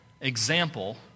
example